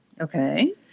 Okay